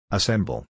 Assemble